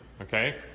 okay